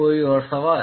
कोई और सवाल